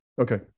Okay